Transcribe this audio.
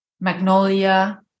magnolia